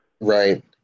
Right